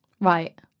Right